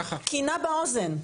כי נא באוזן,